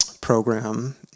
program